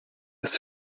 ist